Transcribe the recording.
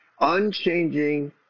unchanging